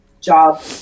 job